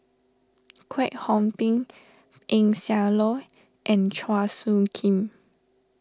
Kwek Hong Png Eng Siak Loy and Chua Soo Khim